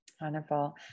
Wonderful